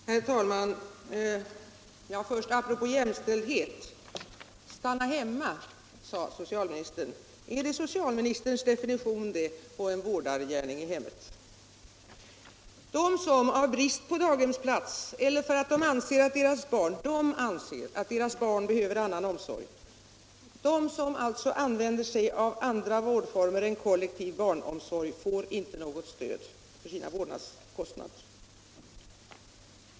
Herr talman! Först apropå jämställdheten. Stanna hemma, sade socialministern. Är det socialministerns definition på en vårdargärning i hemmet? De som av brist på daghemsplatser eller för att de anser att deras barn behöver annan omsorg, de som alltså använder sig av andra vårdformer än kollektiv barnomsorg, får inte något stöd för sina vårdnadskostnader.